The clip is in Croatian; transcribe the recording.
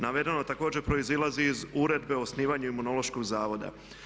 Navedeno također proizlazi iz Uredbe o osnivanju Imunološkog zavoda.